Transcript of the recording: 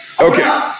Okay